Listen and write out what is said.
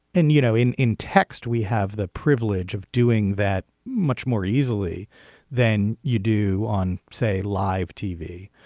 and you know in in texas we have the privilege of doing that much more easily than you do on say live tv.